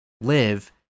live